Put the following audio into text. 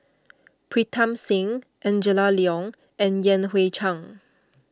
Pritam Singh Angela Liong and Yan Hui Chang